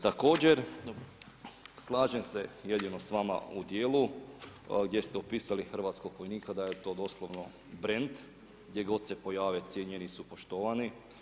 Također slažem se jedino s vama u dijelu gdje ste opisali hrvatskog vojnika da je to doslovno brend, gdje god se pojave cijenjeni su i poštovani.